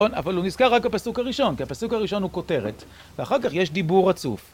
אבל הוא נזכר רק בפסוק הראשון כי הפסוק הראשון הוא כותרת ואחר כך יש דיבור רצוך